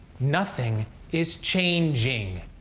nothing is changing.